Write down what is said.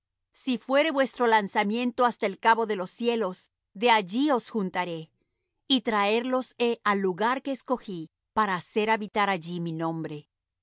si fuere vuestro lanzamiento hasta el cabo de los cielos de allí os juntaré y traerlos he al lugar que escogí para hacer habitar allí mi nombre